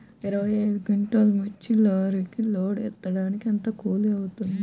ఇరవై ఐదు క్వింటాల్లు మిర్చి లారీకి లోడ్ ఎత్తడానికి ఎంత కూలి అవుతుంది?